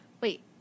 Wait